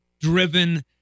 driven